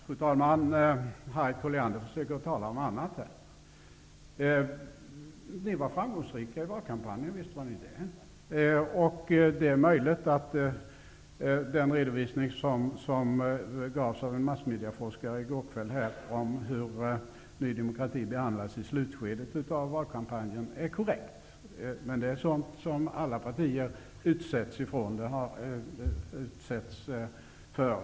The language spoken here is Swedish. Fru talman! Harriet Colliander försöker här att tala om annat. Visst var ni framgångsrika i valkampanjen. Det är möjligt att den redovisning som gavs av en massmediaforskare i går om hur Ny demokrati behandlades i slutskedet av valkampanjen är korrekt. Men det är sådant som alla partier utsätts för.